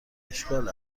اشکال